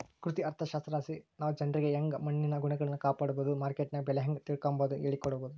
ಕೃಷಿ ಅರ್ಥಶಾಸ್ತ್ರಲಾಸಿ ನಾವು ಜನ್ರಿಗೆ ಯಂಗೆ ಮಣ್ಣಿನ ಗುಣಗಳ್ನ ಕಾಪಡೋದು, ಮಾರ್ಕೆಟ್ನಗ ಬೆಲೆ ಹೇಂಗ ತಿಳಿಕಂಬದು ಹೇಳಿಕೊಡಬೊದು